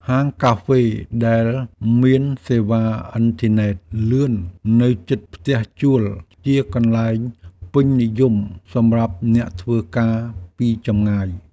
ហាងកាហ្វេដែលមានសេវាអ៊ីនធឺណិតលឿននៅជិតផ្ទះជួលជាកន្លែងពេញនិយមសម្រាប់អ្នកធ្វើការពីចម្ងាយ។